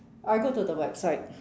I go to the website